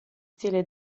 stile